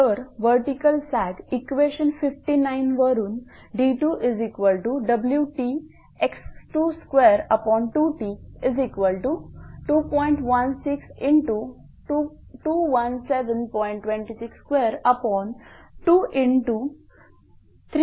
तर vertical sag equation 59 वरून d2WTx222T2